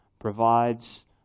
provides